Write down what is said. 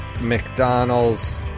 McDonald's